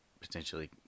potentially